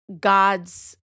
God's